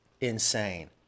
insane